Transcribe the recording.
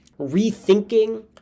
rethinking